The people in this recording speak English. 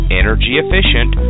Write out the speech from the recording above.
energy-efficient